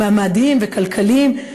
מעמדיים וכלכליים,